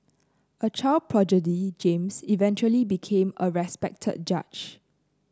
a child prodigy James eventually became a respected judge